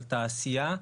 על תעשייה.